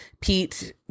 Pete